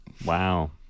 Wow